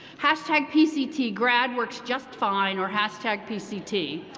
hashtag pctgrad works just fine or hashtag pct.